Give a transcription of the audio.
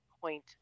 point